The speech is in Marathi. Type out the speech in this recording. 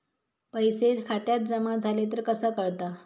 पैसे खात्यात जमा झाले तर कसा कळता?